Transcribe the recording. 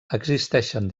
existeixen